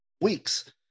weeks